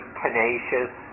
tenacious